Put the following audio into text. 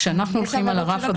כשאנחנו הולכים על הרף הגבוה --- אבל